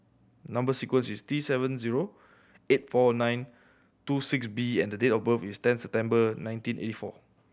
number sequence is T seven zero eight four nine two six B and the date of birth is ten September nineteen eighty four